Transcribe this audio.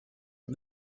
and